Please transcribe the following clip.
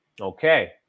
okay